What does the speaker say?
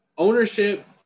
ownership